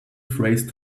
phrase